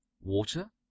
Water